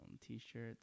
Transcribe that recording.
t-shirts